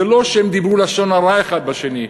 זה לא שהם דיברו לשון הרע אחד בשני,